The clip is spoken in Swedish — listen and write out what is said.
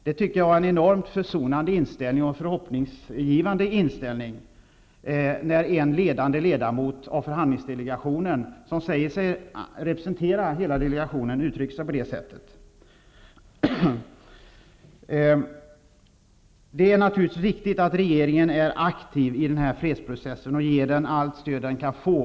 Jag tycker att det visar på en enormt försonande och hoppingivande inställning när en ledande ledamot av förhandlingsdelegationen, som säger sig representera hela delegationen, uttrycker sig på det sättet. Det är naturligtvis viktigt att regeringen är aktiv i den här fredsprocessen och ger den allt stöd den kan få.